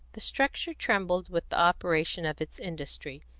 the structure trembled with the operation of its industry,